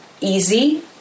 easy